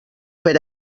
per